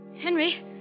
Henry